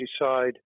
decide